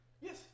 Yes